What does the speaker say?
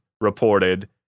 reported